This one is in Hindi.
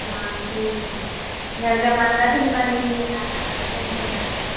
हाँ सही है घर का पानी राशन पानी भी नहीं आ रहा है पैसे नहीं है